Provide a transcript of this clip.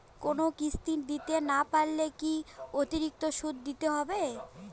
কোনো কিস্তি দিতে না পারলে কি অতিরিক্ত সুদ দিতে হবে?